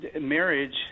marriage